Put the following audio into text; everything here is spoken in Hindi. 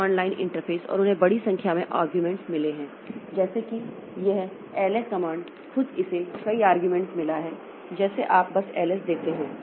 इस कमांड लाइन इंटरफ़ेस और उन्हें बड़ी संख्या में आर्ग्यूमेंट्स मिले हैं जैसे कि यह एलएस कमांड खुद इसे कई आर्ग्यूमेंट्स मिला है जैसे आप बस एलएस देते हैं